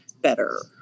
better